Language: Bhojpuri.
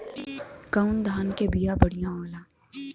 कौन धान के बिया बढ़ियां होला?